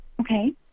Okay